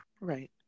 Right